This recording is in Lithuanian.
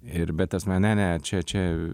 ir bet esmė ne ne čia čia